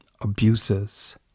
abuses